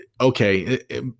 okay